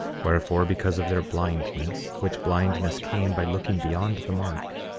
wherefore, because of their blindness, which blindness came by looking beyond the mark,